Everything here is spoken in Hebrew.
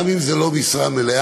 גם אם זה לא משרה מלאה,